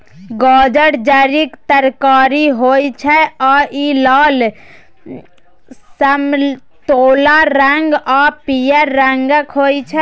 गाजर जड़िक तरकारी होइ छै आ इ लाल, समतोला रंग आ पीयर रंगक होइ छै